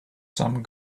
some